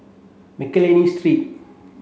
Mcnally Street